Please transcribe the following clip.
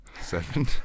seven